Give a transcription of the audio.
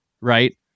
right